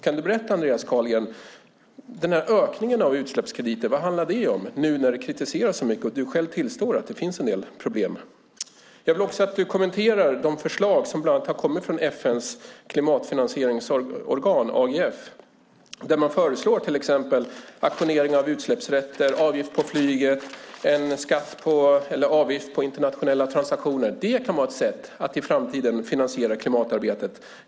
Kan du berätta, Andreas Carlgren: Vad handlar den här ökningen av utsläppskrediter om, när det nu kritiseras så mycket och du själv tillstår att det finns en del problem? Jag vill också att du kommenterar de förslag som har kommit från bland annat FN:s klimatfinansieringsorgan, AGF. Där föreslår man till exempel auktionering av utsläppsrätter, avgift på flyget och en avgift på internationella transaktioner. Det kan vara ett sätt att i framtiden finansiera klimatarbetet.